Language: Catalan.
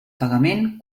pagament